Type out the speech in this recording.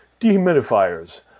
dehumidifiers